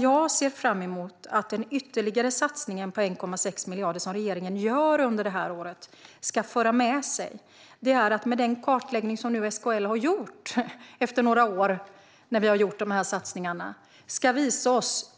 Jag ser fram emot att den ytterligare satsningen på 1,6 miljarder, som regeringen gör under detta år, ska föra med sig att den kartläggning som SKL nu har gjort efter några år av våra satsningar ska visa oss